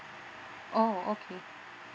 oh okay